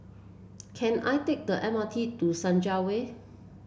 can I take the M R T to Senja Way